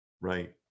Right